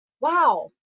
wow